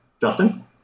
Justin